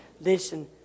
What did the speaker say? listen